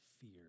fear